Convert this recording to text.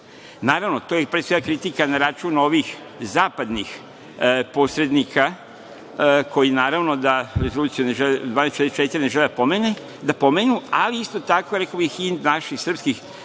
Naravno, to je pre svega kritika na račun ovih zapadnih posrednika koji naravno da Rezoluciju 1244 ne žele da pomenu, ali isto tako, rekao bih i naših srpskih pregovarača